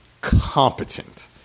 competent